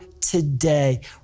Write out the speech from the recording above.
today